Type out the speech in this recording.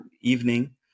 evening